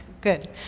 Good